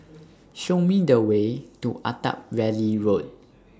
Show Me The Way to Attap Valley Road